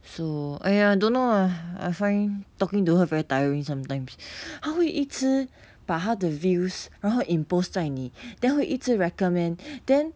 so !aiya! don't know ah I find talking to her very tiring sometimes 她会一直把她的 views 然后 impose 在你 then 她会一直 recommend then